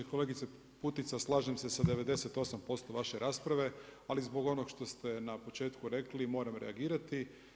Kolegice Putica, slažem se sa 98% vaše rasprave, ali zbog onog što ste na početku rekli moram reagirati.